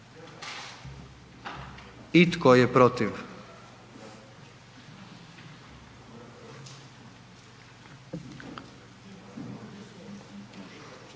I tko je protiv?